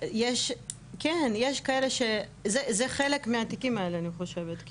כן, יש כאלה, זה חלק מהתיקים האלה, אני חושבת.